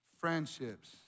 friendships